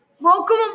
Welcome